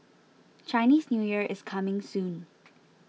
Chinese New Year is coming soon